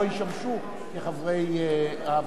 לא ישמשו כחברי הוועדה.